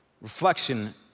reflection